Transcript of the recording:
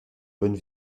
bonne